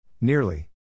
Nearly